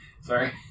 Sorry